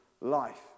life